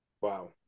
wow